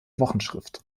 wochenschrift